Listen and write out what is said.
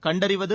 கண்டறிவது